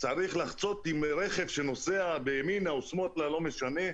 צריך לחצות כשרכב נוסע ימינה או שמאלה, לא משנה,